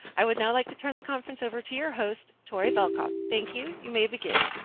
i would now like to turn the conference over to your host, tori velkoff. thank you. you may begin.